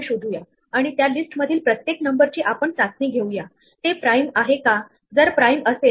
म्हणून आपल्याला या दोघांमधील तळापासूनचे 3 5 7 9 11 असे एलिमेंट मिळतील